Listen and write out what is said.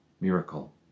miracle